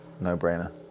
No-brainer